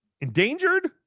endangered